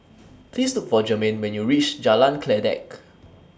Please Look For Germaine when YOU REACH Jalan Kledek